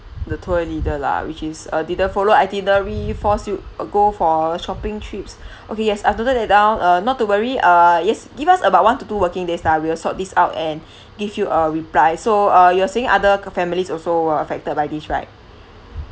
the tour leader lah which is uh didn't follow itinerary force you go for shopping trips okay yes I have noted that down uh not to worry uh yes give us about one to two working days lah we will sort this out and give you a reply so uh you were saying other families also were affected by these right